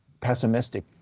pessimistic